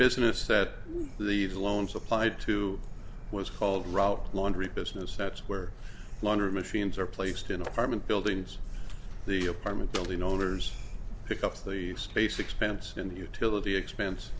business that these loans applied to was called route laundry business that's where laundry machines are placed in apartment buildings the apartment building owners pick up the space expense and utility expense